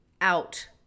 out